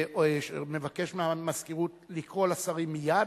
מבקש מהמזכירות לקרוא לשרים מייד,